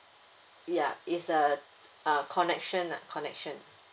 ya it's a a connection lah connection